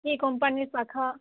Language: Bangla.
কী কোম্পানির পাখা